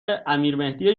امیرمهدی